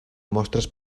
mostres